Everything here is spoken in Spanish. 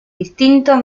distintos